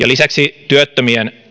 lisäksi työttömien